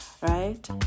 right